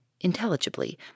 intelligibly